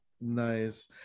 Nice